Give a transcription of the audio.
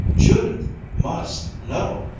judith must know!